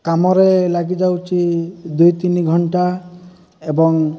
କାମରେ ଲାଗିଯାଉଛି ଦୁଇ ତିନି ଘଣ୍ଟା ଏବଂ